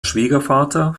schwiegervater